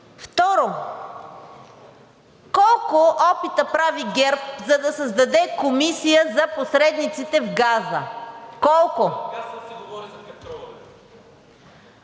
Второ. Колко опита прави ГЕРБ, за да създаде комисия за посредниците в газа?! Колко?!